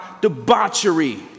debauchery